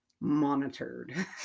monitored